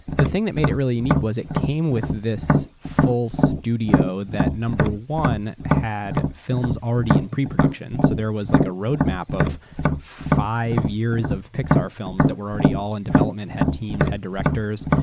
the thing that made it really unique was it came with this full studio that number one, had films already in pre-production, so there was like a road map of five years of pixar films that were already in development, had teams, had directors,